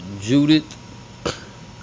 Judith